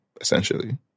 essentially